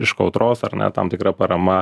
iš kautros ar ne tam tikra parama